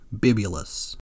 Bibulus